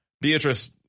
Beatrice